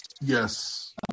Yes